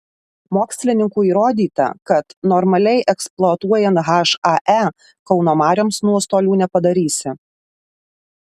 mokslininkų įrodyta kad normaliai eksploatuojant hae kauno marioms nuostolių nepadarysi